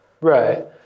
Right